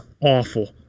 awful